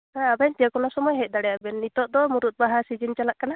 ᱦᱮᱸ ᱟᱵᱮᱱ ᱡᱮ ᱠᱚᱱᱳ ᱥᱚᱢᱳᱭ ᱦᱮᱡ ᱫᱟᱲᱮᱭᱟᱜᱼᱟ ᱵᱮᱱ ᱱᱤᱛᱳᱜ ᱛᱳ ᱢᱩᱨᱩᱫ ᱵᱟᱦᱟ ᱥᱤᱡᱤᱱ ᱪᱟᱞᱟᱜ ᱠᱟᱱᱟ